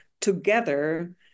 together